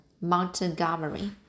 Montgomery